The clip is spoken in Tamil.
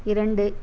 இரண்டு